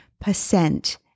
percent